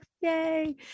Yay